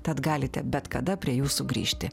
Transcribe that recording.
tad galite bet kada prie jų sugrįžti